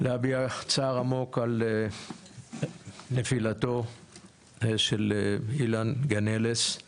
להביע צער עמוק על נפילתו של אלן גנלס,